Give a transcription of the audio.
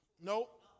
Nope